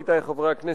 עמיתי חברי הכנסת,